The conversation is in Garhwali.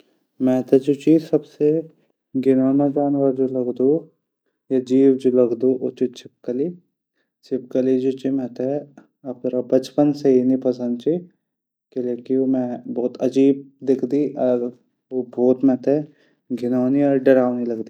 मैथे जू सबसे घिनोना जानवर जू लगदू ऊच छिपकली। छिपकली मेथे बचपन से ही नी पंसद। किले की मेथे ऊ अजीब दिखदी। ऊ मेथे बहुत घिनौनी और डरावनी लगदी।